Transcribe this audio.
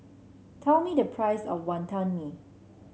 tell me the price of Wantan Mee